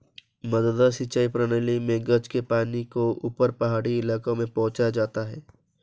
मडडा सिंचाई प्रणाली मे गज के पानी को ऊपर पहाड़ी इलाके में पहुंचाया जाता है